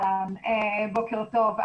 אהלן, בוקר טוב.